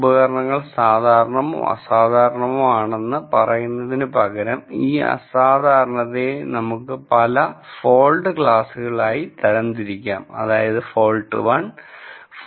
ഉപകരണങ്ങൾ സാധാരണമോ അസാധാരണമോ ആണെന്ന് പറയുന്നതിനു പകരം ഈ അസാധാരണതയെ നമുക്ക് പല ഫോൾട് ക്ലാസ്സുകളായി തരം തിരിക്കാം അതായത് ഫോൾട് 1 ഫോൾട് 2 ഫോൾട് 3